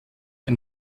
ein